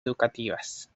educativas